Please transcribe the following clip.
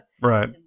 Right